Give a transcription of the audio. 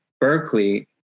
Berkeley